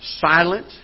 silent